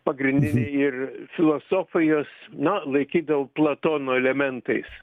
pagrindinį ir filosofijos na laikydavo platono elementais